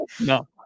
no